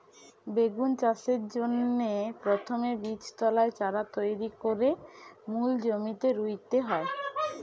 বেগুন চাষের জন্যে প্রথমে বীজতলায় চারা তৈরি কোরে মূল জমিতে রুইতে হয়